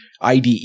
IDE